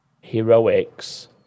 heroics